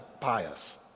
pious